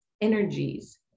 energies